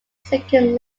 second